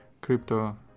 crypto